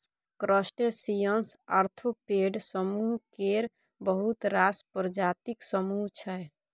crustaceans arthropod समुह केर बहुत रास प्रजातिक समुह छै